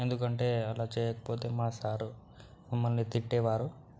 ఎందుకంటే అలా చేయకపోతే మా సారు మమ్మల్ని తిట్టేవారు